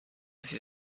sie